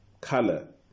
color